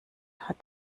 hat